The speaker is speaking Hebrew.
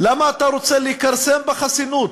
למה אתה רוצה לכרסם בחסינות,